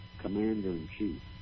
commander-in-chief